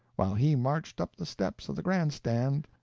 while he marched up the steps of the grand stand,